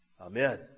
Amen